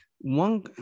one